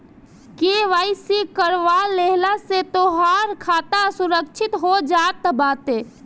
KYC करवा लेहला से तोहार खाता सुरक्षित हो जात बाटे